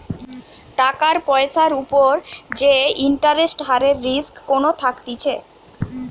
টাকার পয়সার উপর যে ইন্টারেস্ট হারের রিস্ক কোনো থাকতিছে